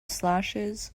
slashes